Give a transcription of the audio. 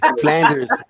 Flanders